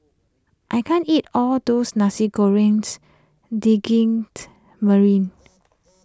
I can't eat all those Nasi Goreng Daging Merah